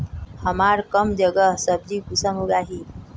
हमार कम जगहत सब्जी कुंसम उगाही?